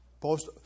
Post